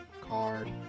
card